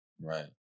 Right